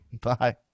Bye